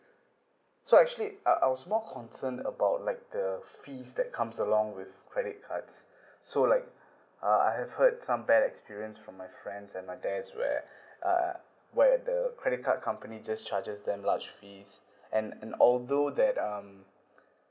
so actually uh I was more concern about like the fees that comes along with credit cards so like uh I have heard some bad experience from my friends and my dad where uh where the credit card company just charges them large piece and and although that um